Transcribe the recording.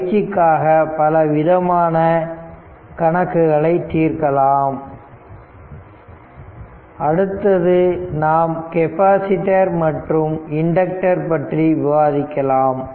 பயிற்சிக்காக பல வித்தியாசமான கணக்குகளை தீர்க்கலாம் அடுத்து நாம் கெப்பாசிட்டர் மற்றும் இண்டக்டர் பற்றி விவாதிக்கலாம்